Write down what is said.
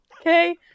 Okay